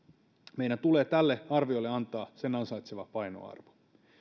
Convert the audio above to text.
meidän tulee antaa tälle arviolle sen ansaitsema painoarvo